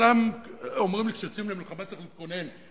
אומרים שכשיוצאים למלחמה צריך להתכונן,